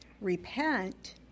repent